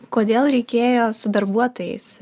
kodėl reikėjo su darbuotojais